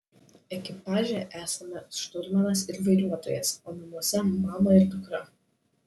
ekipaže esame šturmanas ir vairuotojas o namuose mama ir dukra